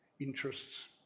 interests